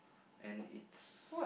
and it's